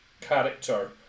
character